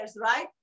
right